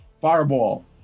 Fireball